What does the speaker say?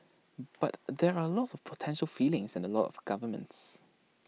but there are lots of potential feelings and A lot of governments